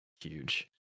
huge